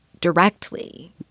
directly